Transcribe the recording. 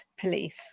police